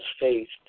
faced